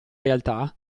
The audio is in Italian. realtà